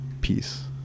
peace